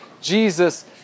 Jesus